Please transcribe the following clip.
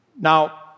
Now